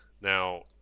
now